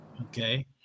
Okay